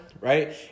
right